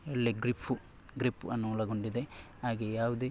ಒಳ್ಳೆಯ ಗ್ರಿಫ್ಫು ಗ್ರಿಪ್ಪನ್ನು ಒಳಗೊಂಡಿದೆ ಹಾಗೇ ಯಾವುದೇ